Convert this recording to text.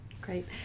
Great